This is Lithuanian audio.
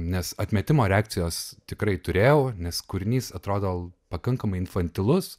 nes atmetimo reakcijos tikrai turėjau nes kūrinys atrodo pakankamai infantilus